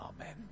amen